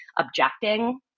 objecting